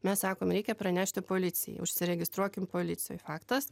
mes sakom reikia pranešti policijai užsiregistruokim policijoj faktas